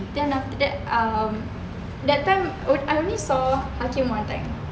then after that um that time I only saw hakim one time